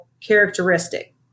characteristic